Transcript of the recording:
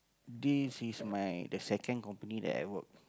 this is my the second company that I work